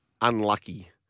unlucky